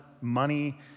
money